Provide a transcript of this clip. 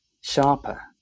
sharper